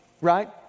right